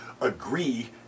agree